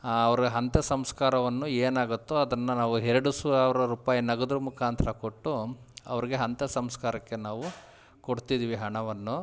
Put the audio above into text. ಅವ್ರ ಅಂತ್ಯ ಸಂಸ್ಕಾರವನ್ನು ಏನು ಆಗತ್ತೊ ಅದನ್ನು ನಾವು ಎರಡು ಸಾವಿರ ರುಪಾಯಿ ನಗದು ಮುಖಾಂತ್ರ ಕೊಟ್ಟು ಅವ್ರಿಗೆ ಅಂತ್ಯ ಸಂಸ್ಕಾರಕ್ಕೆ ನಾವು ಕೊಡ್ತಿದೀವಿ ಹಣವನ್ನು